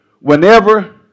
whenever